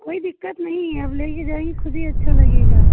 कोई दिक्कत नहीं है आप ले के जाइए खुद ही अच्छा लगेगा